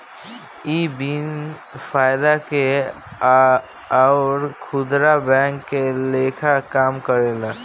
इ बिन फायदा के अउर खुदरा बैंक के लेखा काम करेला